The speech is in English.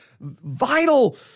vital